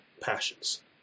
passions